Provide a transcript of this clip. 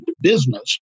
business